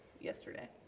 yesterday